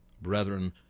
Brethren